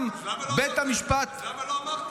גם בית המשפט --- אז למה לא אמרת?